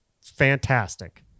fantastic